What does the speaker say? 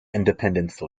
independence